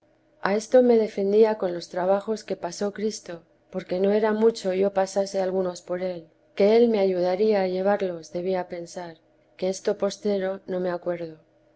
a esto me defendía con los trabajos que pasó cristo porque no era mucho yo pasase algunos por que él me ayudaría a llevarlos debía pensar